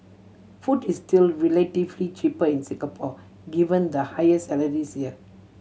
food is still relatively cheaper in Singapore given the higher salaries here